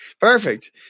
Perfect